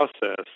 process